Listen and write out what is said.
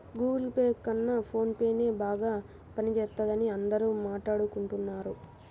Google Pay కన్నా ఫోన్ పేనే బాగా పనిజేత్తందని అందరూ మాట్టాడుకుంటన్నారు